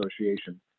Association